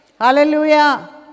Hallelujah